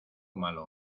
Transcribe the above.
malo